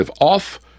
off